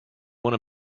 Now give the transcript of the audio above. one